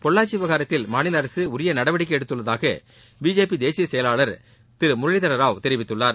பொள்ளாச்சி விவகாரத்தில் மாநில அரசு உரிய நடவடிக்கை எடுத்துள்ளதாக பிஜேபி தேசிய செயலாளர் திரு முரளிதர்ராவ் தெரிவித்துள்ளார்